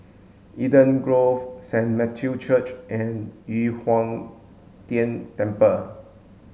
Eden Grove Saint Matthew's Church and Yu Huang Tian Temple